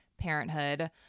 parenthood